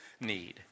need